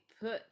put